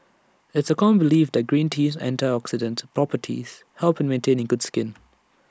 it's A common belief that green tea's antioxidant properties help in maintaining good skin